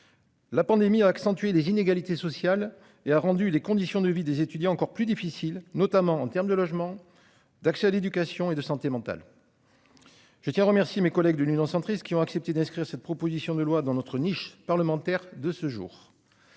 La pandémie a accentué les inégalités sociales et a rendu les conditions de vie des étudiants encore plus difficile notamment en terme de logement. D'accès à l'éducation et de santé mentale. Je tiens à remercier mes collègues du union centriste qui ont accepté d'inscrire cette proposition de loi dans notre niche parlementaire de ce jour.